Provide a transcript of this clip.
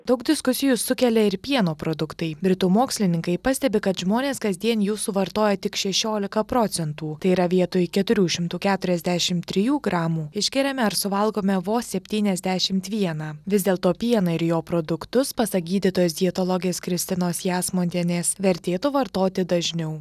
daug diskusijų sukelia ir pieno produktai britų mokslininkai pastebi kad žmonės kasdien jų suvartoja tik šešiolika procentų tai yra vietoj keturių šimtų keturiasdešim trijų gramų išgeriame ar suvalgome vos septyniasdešimt vieną vis dėlto pieną ir jo produktus pasak gydytojos dietologės kristinos jasmontienės vertėtų vartoti dažniau